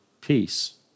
peace